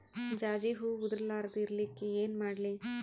ಜಾಜಿ ಹೂವ ಉದರ್ ಲಾರದ ಇರಲಿಕ್ಕಿ ಏನ ಮಾಡ್ಲಿ?